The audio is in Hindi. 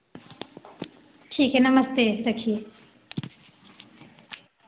ठीक है नमस्ते रखिए